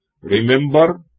Remember